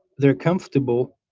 they're comfortable,